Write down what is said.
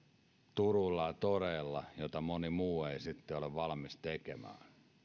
turuilla ja toreilla sen työn jota moni muu ei ole valmis tekemään